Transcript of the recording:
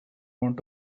want